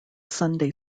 sunday